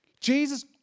Jesus